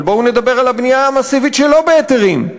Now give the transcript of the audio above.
אבל בואו נדבר על הבנייה המסיבית שלא בהיתרים,